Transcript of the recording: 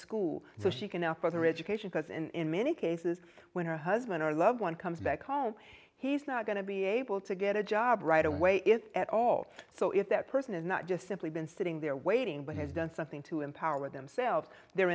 school so she can help other education because in many cases when her husband or a loved one comes back home he's not going to be able to get a job right away is at all so if that person is not just simply been sitting there waiting but has done something to empower themselves they're